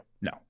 No